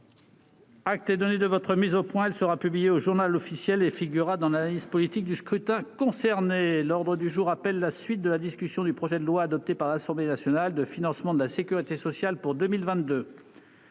vous est donné de votre mise au point, mon cher collègue. Elle sera publiée au et figurera dans l'analyse politique du scrutin. L'ordre du jour appelle la suite de la discussion du projet de loi, adopté par l'Assemblée nationale, de financement de la sécurité sociale pour 2022